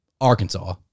Arkansas